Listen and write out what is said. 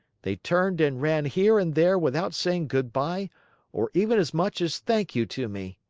they turned and ran here and there without saying good-by or even as much as thank you to me.